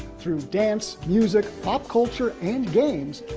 through dance, music, pop-culture, and games,